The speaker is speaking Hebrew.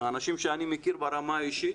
מאנשים שאני מכיר ברמה האישית,